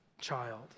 child